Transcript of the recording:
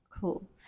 Cool